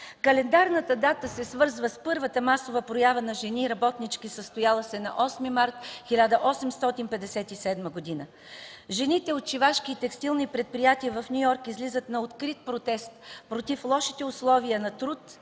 Календарната дата се свърза с първата масова проява на жени и работнички, състояла се на 8 март 1857 г. Жените от шивашки и текстилни предприятия в Ню Йорк излизат на открит протест против лошите условия на труд